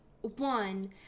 one